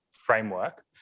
framework